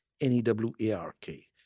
N-E-W-A-R-K